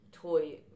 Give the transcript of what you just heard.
toy